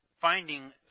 finding